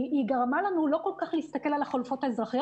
כי היא גרמה לנו לא כל כך להסתכל על החלופות האזרחיות